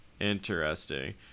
Interesting